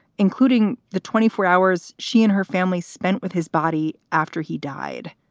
including the twenty four hours she and her family spent with his body after he died.